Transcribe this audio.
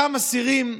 אותם אסירים.